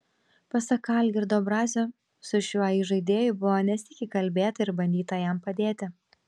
pasak algirdo brazio su šiuo įžaidėju buvo ne sykį kalbėta ir bandyta jam padėti